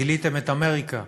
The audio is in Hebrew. גיליתם את אמריקה.